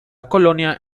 colonia